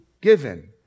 given